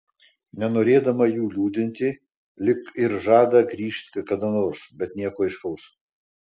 nenorėdama jų liūdinti lyg ir žada grįžt kada nors bet nieko aiškaus